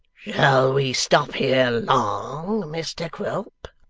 shall we stop here long, mr quilp